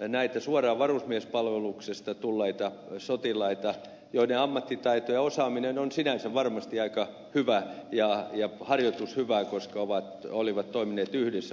näitä suoraan varusmiespalveluksesta tulleita sotilaita joiden ammattitaito ja osaaminen on sinänsä varmasti aika hyvää ja harjoitukset olleet hyvät koska olivat toimineet yhdessä